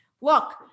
Look